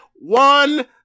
One